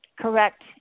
correct